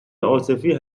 عاطفی